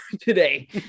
today